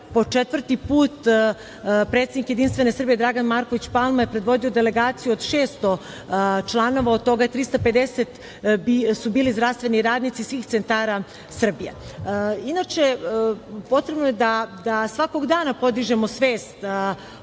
po četvrti put predsednik JS Dragan Marković Palma je predvodio delegaciju od 600 članova, od toga 350 su bili zdravstveni radnici svih centara Srbije. Inače, potrebno da svakog dana podižemo svest o